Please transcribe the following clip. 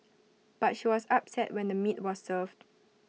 but she was upset when the meat was served